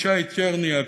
ישי צ'רניאק,